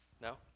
no